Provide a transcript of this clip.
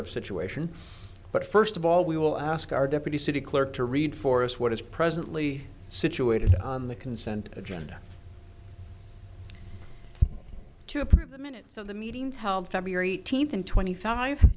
of situation but first of all we will ask our deputy city clerk to read for us what is presently situated on the consent agenda to approve the minutes of the meetings held feb eighteenth and twenty five